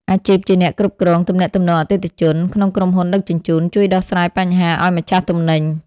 អាជីពជាអ្នកគ្រប់គ្រងទំនាក់ទំនងអតិថិជន ក្នុងក្រុមហ៊ុនដឹកជញ្ជូន ជួយដោះស្រាយបញ្ហាឱ្យម្ចាស់ទំនិញ។